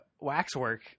Waxwork